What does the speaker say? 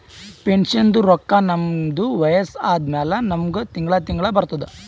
ಪೆನ್ಷನ್ದು ರೊಕ್ಕಾ ನಮ್ದು ವಯಸ್ಸ ಆದಮ್ಯಾಲ ನಮುಗ ತಿಂಗಳಾ ತಿಂಗಳಾ ಬರ್ತುದ್